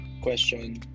question